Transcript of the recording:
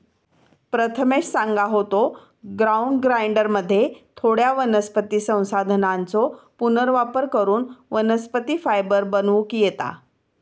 प्रथमेश सांगा होतो, ग्राउंड ग्राइंडरमध्ये थोड्या वनस्पती संसाधनांचो पुनर्वापर करून वनस्पती फायबर बनवूक येता